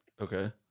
Okay